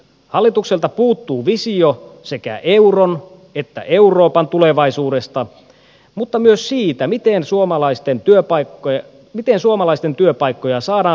hallitukselta puuttuu visio sekä euron että euroopan tulevaisuudesta mutta myös siitä miten suomalaisten työpaikkoja saadaan säilytettyä